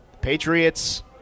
Patriots